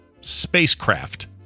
spacecraft